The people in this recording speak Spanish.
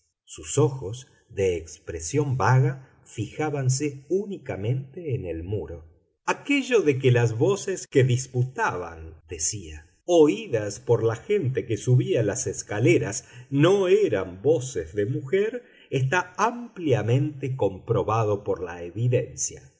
sus ojos de expresión vaga fijábanse únicamente en el muro aquello de que las voces que disputaban decía oídas por la gente que subía las escaleras no eran voces de mujer está ampliamente comprobado por la evidencia